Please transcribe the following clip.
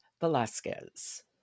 Velasquez